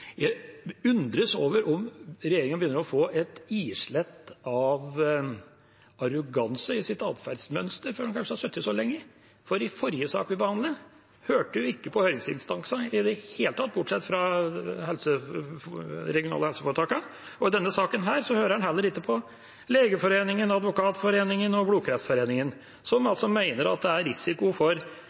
Jeg undres over om regjeringa begynner å få et islett av arroganse i sitt atferdsmønster, kanskje fordi de har sittet så lenge, for i forrige sak vi behandlet, hørte man ikke på høringsinstansene i det hele tatt, bortsett fra de regionale helseforetakene. I denne saken hører man heller ikke på Legeforeningen, Advokatforeningen og Blodkreftforeningen, som altså mener det er risiko for